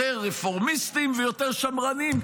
יותר רפורמיסטים ויותר שמרנים,